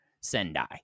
Sendai